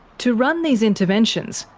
to run these interventions,